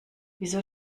wieso